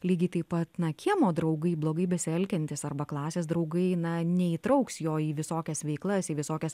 lygiai taip pat na kiemo draugai blogai besielgiantys arba klasės draugai na neįtrauks jo į visokias veiklas į visokias